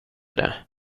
det